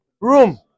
room